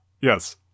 Yes